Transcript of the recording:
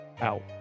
out